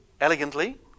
elegantly